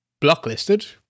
blocklisted